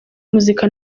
muzika